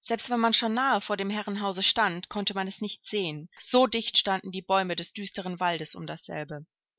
selbst wenn man schon nahe vor dem herrenhause stand konnte man es nicht sehen so dicht standen die bäume des düsteren waldes um dasselbe